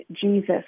Jesus